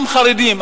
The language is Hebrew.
גם חרדים,